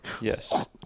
Yes